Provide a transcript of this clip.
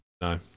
No